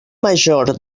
major